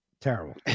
Terrible